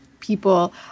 people